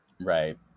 right